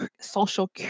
social